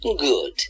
Good